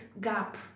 gap